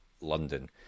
London